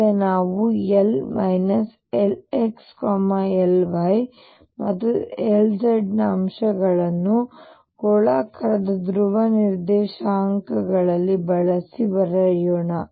ಈಗ ನಾವು L Lx Ly ಮತ್ತು Lz ನ ಅಂಶಗಳನ್ನು ಗೋಲಾಕಾರದ ಧ್ರುವ ನಿರ್ದೇಶಾಂಕಗಳನ್ನು ಬಳಸಿ ಬರೆಯೋಣ